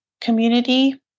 community